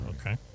Okay